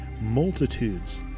multitudes